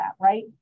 right